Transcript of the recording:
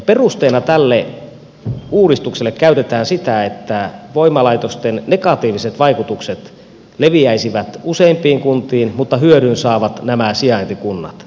perusteena tälle uudistukselle käytetään sitä että voimalaitosten negatiiviset vaikutukset leviäisivät useimpiin kuntiin mutta hyödyn saisivat nämä sijaintikunnat